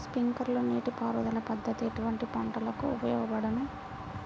Sprinkler నీటిపారుదల పద్దతి ఎటువంటి పంటలకు ఉపయోగపడును?